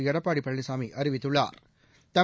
எடப்பாடிபழனிசாமிஅறிவித்துள்ளாா்